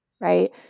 right